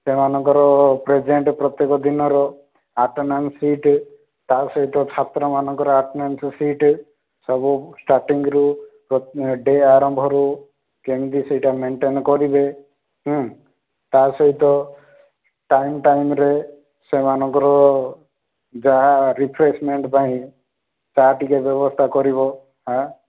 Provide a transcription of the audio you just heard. ସେମାନଙ୍କର ପ୍ରେଜେଣ୍ଟ ପ୍ରତ୍ୟେକ ଦିନର ଆଟେଣ୍ଡନାନ୍ସ୍ ସିଟ୍ ତା ସହିତ ଛାତ୍ରମାନଙ୍କର ଆଟେଣ୍ଡାନ୍ସ୍ ସିଟ୍ ସବୁ ଷ୍ଟାର୍ଟିଂରୁ ପ୍ର ଡେ ଆରମ୍ଭରୁ କେମିତି ସେଇଟା ମେଣ୍ଟେନ୍ କରିବେ ତା ସହିତ ଟାଇମ୍ ଟାଇମରେ ସେମାନଙ୍କର ଯାହା ରିଫ୍ରେଶମେଣ୍ଟ ପାଇଁ ଚା ଟିକେ ବ୍ୟବସ୍ଥା କରିବ ହାଁ